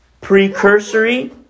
Precursory